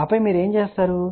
ఆపై మీరు ఏమి చేస్తారు